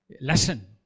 lesson